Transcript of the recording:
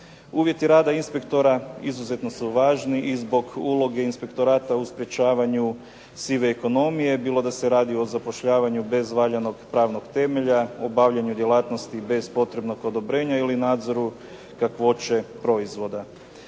Uvjeti rada inspektora izuzetno su važni i zbog uloge inspektorata u sprječavanju sive ekonomije bilo da se radi o zapošljavanju bez valjanog pravnog temelja, obavljanju djelatnosti bez potrebnog odobrenja ili nadzoru kakvoće proizvoda.